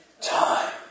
time